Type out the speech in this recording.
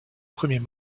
premiers